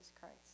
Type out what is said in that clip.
Christ